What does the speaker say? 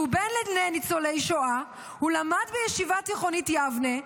כשהוא בן לניצולי שואה הוא למד בישיבה תיכונית יבנה,